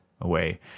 away